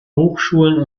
hochschulen